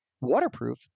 waterproof